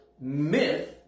myth